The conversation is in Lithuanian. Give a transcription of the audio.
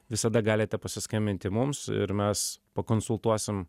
visada galite paskambinti mums ir mes pakonsultuosim